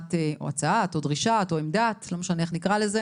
הצעת או דרישת או עמדת לא משנה איך נקרא לזה